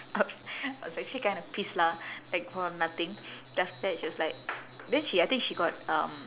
I was I was actually kind of pissed lah like for nothing then after that she was like then she I think she got um